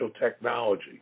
technology